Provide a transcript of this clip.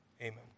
amen